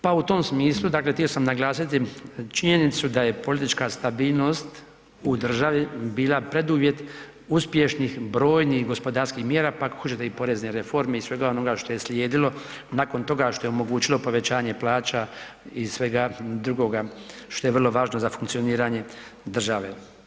Pa u tom smislu htio sam naglasiti činjenicu da je politička stabilnost u državi bila preduvjet uspješnih brojnih gospodarskih mjera pa ako hoćete i porezne reforme i svega onoga što je slijedilo nakon toga, a što je omogućilo povećanje plaća i svega drugoga što je vrlo važno za funkcioniranje države.